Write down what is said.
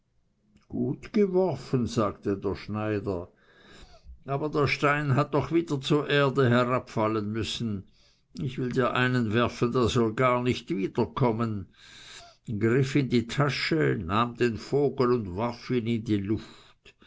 gut geworfen sagte der schneider aber der stein hat doch wieder zur erde herabfallen müssen ich will dir einen werfen der soll gar nicht wiederkommen griff in die tasche nahm den vogel und warf ihn in die luft